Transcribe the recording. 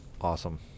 Awesome